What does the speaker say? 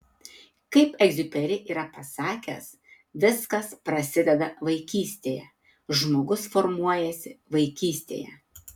kaip egziuperi yra pasakęs viskas prasideda vaikystėje žmogus formuojasi vaikystėje